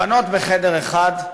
הבנות בחדר אחד,